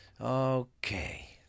Okay